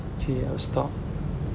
actually I stop